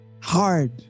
hard